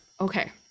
okay